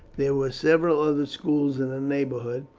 there were several other schools in the neighbourhood,